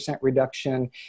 reduction